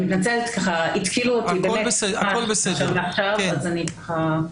אני מתנצלת על שלא הגעתי לדיון ואני ב-זום.